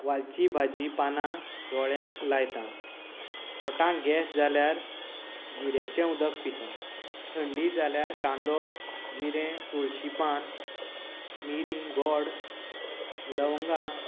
वाळची भाजयेची पानां दोळ्यांक लायता पोटांत गेस जाल्यार जिऱ्यांचे उदक पिता थंडी जाल्यार कांदो जिरें तुळशीं पान मिरी गोड लवंगां